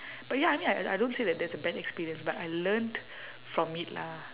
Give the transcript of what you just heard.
but ya I mean I I don't say that that's a bad experience but I learnt from it lah